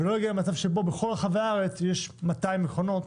ולא נגיע למצב שבו בכל רחבי הארץ יש 200 מכונות